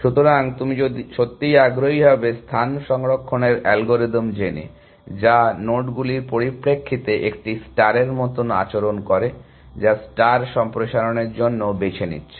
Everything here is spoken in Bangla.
সুতরাং তুমি সত্যিই আগ্রহী হবে স্থান সংরক্ষণের অ্যালগরিদম জেনে যা নোডগুলির পরিপ্রেক্ষিতে একটি স্টারের মতো আচরণ করে যা ষ্টার সম্প্রসারণের জন্যও বেছে নিচ্ছে